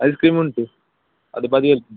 ice cream ಉಂಟು ಅದು ಬದಿಯಲ್ಲಿ